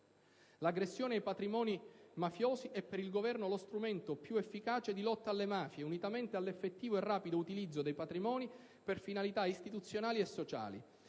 L'aggressione ai patrimoni mafiosi è per il Governo lo strumento più efficace di lotta alle mafie, unitamente all'effettivo e rapido utilizzo dei patrimoni per finalità istituzionali e sociali.